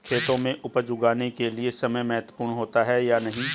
खेतों में उपज उगाने के लिये समय महत्वपूर्ण होता है या नहीं?